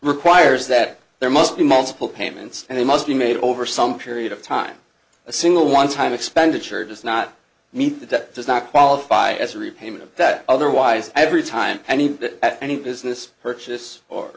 requires that there must be multiple payments and they must be made over some period of time a single one time expenditure does not meet the debt does not qualify as a repayment of that otherwise every time any at any business purchase or